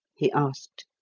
he asked.